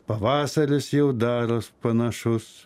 pavasaris jau daros panašus